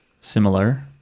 similar